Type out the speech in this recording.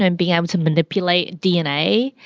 and being able to manipulate dna,